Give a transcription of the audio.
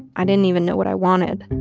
i didn't even know what i wanted.